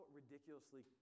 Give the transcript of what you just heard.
ridiculously